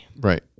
Right